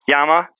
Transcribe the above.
Yama